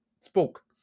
spoke